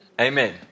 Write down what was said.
Amen